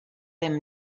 him